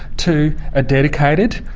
to a dedicated,